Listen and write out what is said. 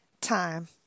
time